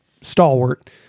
stalwart